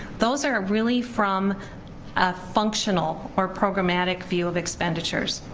those are really from a functional or programmatic view of expenditures.